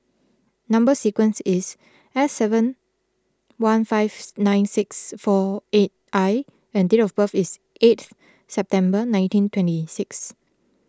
Number Sequence is S seven one five nine six four eight I and date of birth is eighth September nineteen twenty six